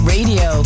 Radio